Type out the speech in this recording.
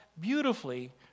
beautifully